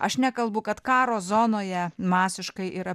aš nekalbu kad karo zonoje masiškai yra